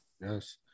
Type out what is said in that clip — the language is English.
Yes